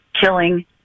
Killing